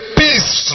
peace